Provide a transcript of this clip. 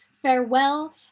farewell